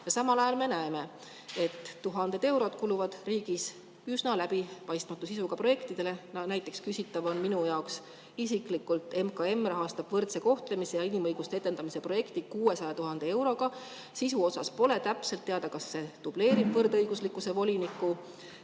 Samal ajal me näeme, et tuhanded eurod kuluvad riigis üsna läbipaistmatu sisuga projektidele. Näiteks on küsitav minu jaoks isiklikult võrdse kohtlemise ja inimõiguste edendamise projekt, mida rahastab MKM 600 000 euroga. Sisu osas pole täpselt teada, kas see dubleerib võrdõiguslikkuse voliniku